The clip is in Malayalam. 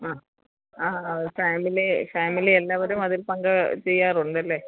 അ ആ അ ഫേമിലീ ഫേമിലി എല്ലാവരും അതിൽ പങ്ക് ചെയ്യാറുണ്ടല്ലെ